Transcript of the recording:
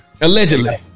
Allegedly